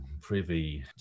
privy